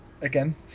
Again